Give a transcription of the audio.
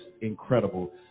incredible